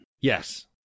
Yes